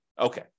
Okay